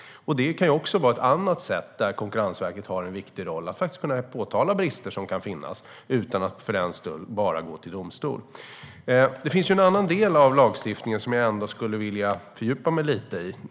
Det kan vara ett annat sätt, där Konkurrensverket har en viktig roll i att kunna påtala brister som kan finnas utan att för den skull bara gå till domstol. Det finns en annan del av lagstiftningen som jag skulle vilja fördjupa mig lite i.